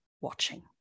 watching